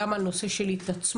גם על נושא של התעצמות,